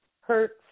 hertz